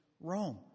Rome